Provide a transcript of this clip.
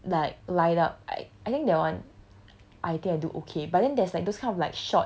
then like light up I I think that one